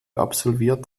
absolviert